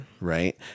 Right